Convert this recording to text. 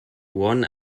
one